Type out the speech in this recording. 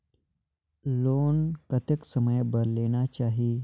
Loan कतेक समय बर लेना चाही?